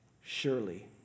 Surely